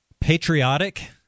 patriotic